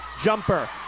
Jumper